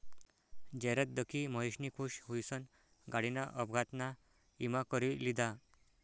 जाहिरात दखी महेशनी खुश हुईसन गाडीना अपघातना ईमा करी लिधा